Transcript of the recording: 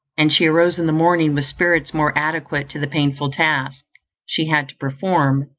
and she arose in the morning with spirits more adequate to the painful task she had to perform,